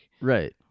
Right